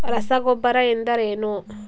ರಸಗೊಬ್ಬರ ಎಂದರೇನು?